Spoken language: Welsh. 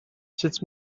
sut